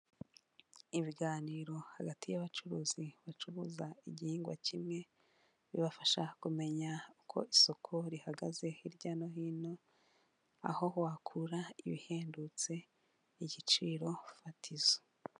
Ibiganiro hagati y'abacuruzi bacuruza igihingwa kimwe, bibafasha kumenya uko isoko rihagaze hirya no hino, aho wakura ibihendutse igiciro fatizo.